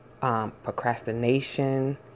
Procrastination